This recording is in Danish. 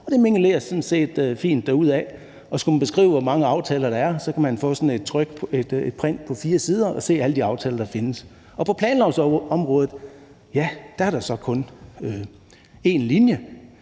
det mingelerer sådan set fint derudad, og skulle man beskrive, hvor mange aftaler der er, kan man få sådan et print på fire sider og se alle de aftaler, der findes. Og på planlovsområdet er der så kun én linje,